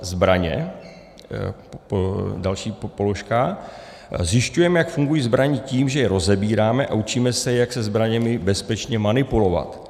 Zbraně, další položka: Zjišťujeme, jak fungují zbraně, tím, že je rozebíráme, a učíme se, jak se zbraněmi bezpečně manipulovat.